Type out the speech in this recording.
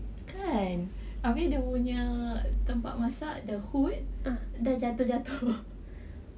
kan abeh dia punya tempat masak the hood dah jatuh-jatuh